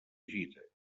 gira